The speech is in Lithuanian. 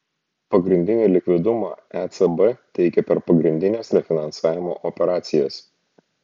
pagrindinį likvidumą ecb teikia per pagrindines refinansavimo operacijas